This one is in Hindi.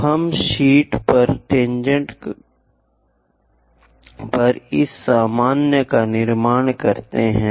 तो हम शीट पर टेनजेंट पर इस सामान्य का निर्माण करते हैं